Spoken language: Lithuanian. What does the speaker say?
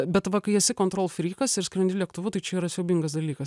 bet va kai esi kontrolfrykas ir skrendi lėktuvu tai čia yra siaubingas dalykas